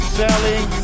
selling